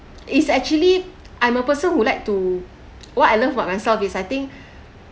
it's actually I'm a person who like to what I love about myself is I think